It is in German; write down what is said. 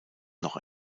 noch